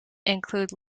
include